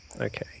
okay